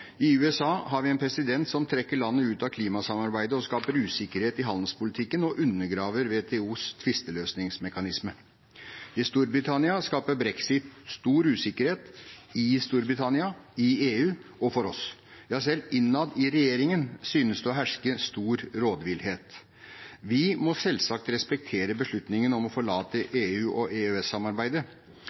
I USA har vi en president som trekker landet ut av klimasamarbeidet, skaper usikkerhet i handelspolitikken og undergraver WTOs tvisteløsningsmekanisme. I Storbritannia skaper brexit stor usikkerhet – i Storbritannia, i EU og for oss. Selv innad i regjeringen synes det å herske stor rådvillhet. Vi må selvsagt respektere beslutningen om å forlate EU og